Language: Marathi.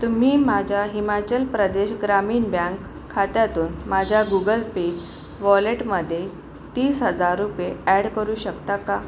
तुम्ही माझ्या हिमाचल प्रदेश ग्रामीण बँक खात्यातून माझ्या गुगल पे वॉलेटमध्ये तीस हजार रुपये ॲड करू शकता का